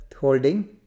holding